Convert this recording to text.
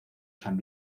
san